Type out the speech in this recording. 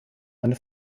eine